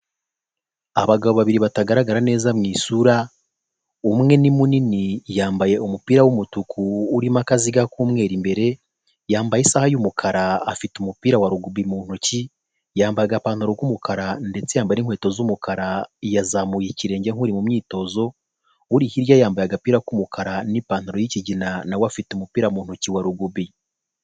Abagabo babiri batagaragara neza mu isura, umwe ni munini yambaye umupira w'umutuku urimo akaziga k'umweru imbere, yambaye isaha y'umukara afite umupira wa rugubi mu ntoki, yambaye agapantaro k'umukara ndetse yambaye n'inkweto z'umukara yazamuye ikirenge nk'uri mu myitozo, uri hirya ye yambaye agapira k'umukara n'ipantaro y'ikigina nawe afite umupira mu ntoki wa rugubi.